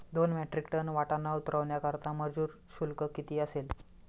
दोन metric ton वाटाणा उतरवण्याकरता मजूर शुल्क किती असेल?